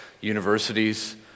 universities